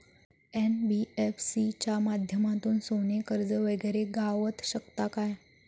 NBFC च्या माध्यमातून सोने कर्ज वगैरे गावात शकता काय?